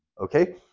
Okay